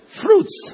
fruits